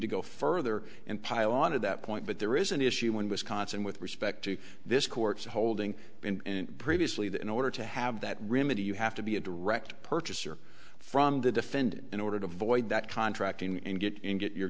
to go further and pile on to that point but there is an issue in wisconsin with respect to this court's holding in previously that in order to have that remitted you have to be a direct purchaser from the defendant in order to avoid that contracting and get in get you